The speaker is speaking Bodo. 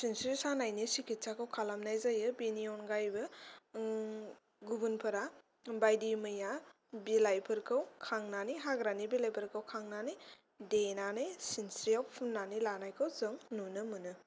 सिनस्रि सानायनि सिकित्साखौ खालामनाय जायो बिनि अनगायैबो गुबुनफोरा बायदि मैया बिलाइफोरखौ खांनानै हाग्रानि बिलाइफोरखौ खांनानै देनानै सिनस्रियाव फुननानै लानायखौ जों नुनो मोनो